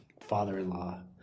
father-in-law